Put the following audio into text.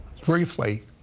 Briefly